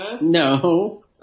No